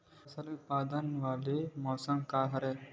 फसल उत्पादन वाले मौसम का हरे?